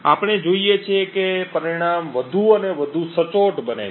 આપણે જોઈએ છીએ કે પરિણામ વધુ અને વધુ સચોટ બને છે